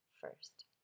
first